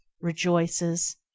rejoices